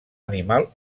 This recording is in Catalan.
animal